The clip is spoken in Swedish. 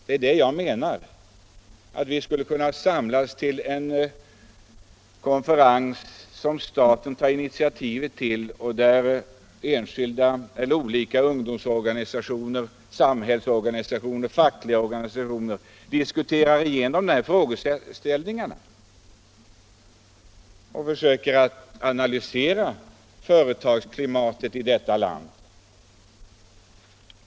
Jag menar också att vi skulle kunna samlas till en konferens som staten tar initiativ till och där ungdomsorganisationer, samhällsorganisationer och fackliga organisationer diskuterar igenom de här frågeställningarna och försöker analysera företagsklimatet här i landet.